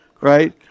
right